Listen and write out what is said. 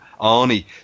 arnie